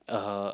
uh